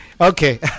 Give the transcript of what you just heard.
Okay